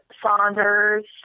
Saunders